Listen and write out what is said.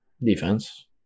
Defense